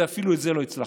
ואפילו את זה לא הצלחתם.